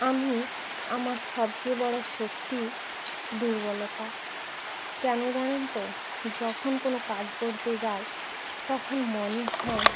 আমি আমার সবচেয়ে বড়ো শক্তি দুর্বলতা কেন জানেন তো যখন কোনো কাজ করতে যায় তখন মনে হয়